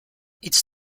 its